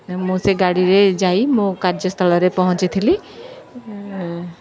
ମୁଁ ସେ ଗାଡ଼ିରେ ଯାଇ ମୁଁ କାର୍ଯ୍ୟସ୍ଥଳରେ ପହଞ୍ଚିଥିଲି